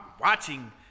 watching